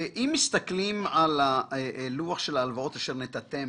מסתכלים על הלוח של ההלוואות אשר נתתם